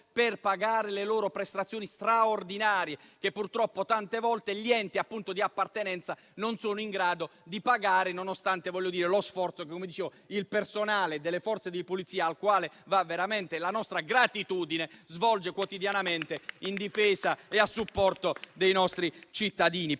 per pagare le loro prestazioni straordinarie, che purtroppo tante volte gli enti di appartenenza non sono in grado di corrispondere, nonostante lo sforzo che il personale delle Forze di polizia, al quale va veramente la nostra gratitudine, svolge quotidianamente in difesa e a supporto dei nostri cittadini.